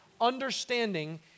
understanding